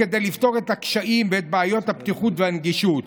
כדי לפתור את הקשיים ואת בעיות הבטיחות והנגישות.